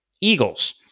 Eagles